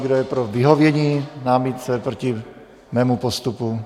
Kdo je pro vyhovění námitky proti mému postupu?